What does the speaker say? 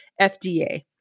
FDA